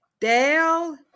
Dale